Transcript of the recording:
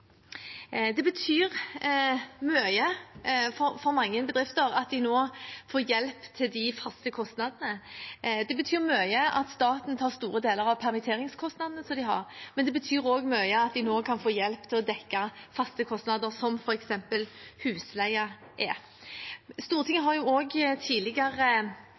Det betyr mye for mange bedrifter at de nå får hjelp til de faste kostnadene. Det betyr mye at staten tar store deler av permitteringskostnadene de har, og det betyr mye at de nå kan få hjelp til å dekke faste kostnader, som f.eks. husleie. Stortinget har tidligere vedtatt andre krisepakker, bl.a. låneordninger og